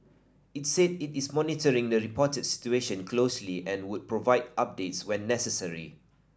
it said it is monitoring the reported situation closely and would provide updates when necessary